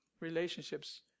Relationships